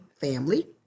family